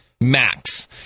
max